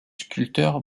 sculpteur